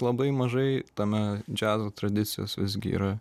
labai mažai tame džiazo tradicijos visgi yra